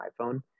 iPhone